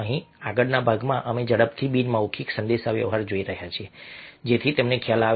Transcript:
અહીં આગળના ભાગમાં અમે ઝડપથી બિન મૌખિક સંદેશાવ્યવહાર જોઈ રહ્યા છીએ જેથી તમને ખ્યાલ આવે